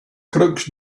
crooks